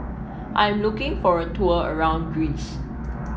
I am looking for a tour around Greece